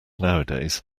nowadays